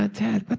ah dad, but